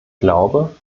glaube